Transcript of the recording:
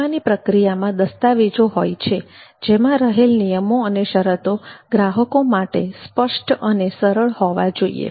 વીમાની પ્રક્રિયામાં દસ્તાવેજો હોય છે જેમાં રહેલ નિયમો અને શરતો ગ્રાહકો માટે સ્પષ્ટ અને સરળ હોવા જોઈએ